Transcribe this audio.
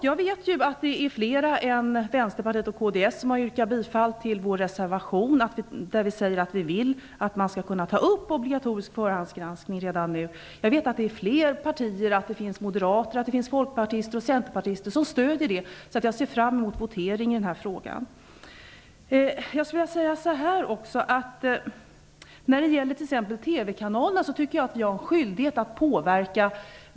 Jag vet att det är flera än Vänsterpartiet och kds som har yrkat bifall till vår reservation där vi säger att vi vill att man skall kunna ta upp obligatorisk förhandsgranskning redan nu. Jag vet att det finns moderater, folkpartister och centerpartister som stöder det. Jag ser fram emot voteringen i denna fråga. Jag tycker att vi, via de avtal vi skriver med TV kanalerna, har en skyldighet att påverka.